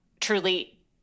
truly